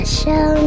show